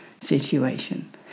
situation